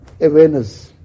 awareness